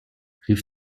rief